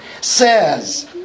says